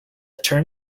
term